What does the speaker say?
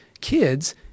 kids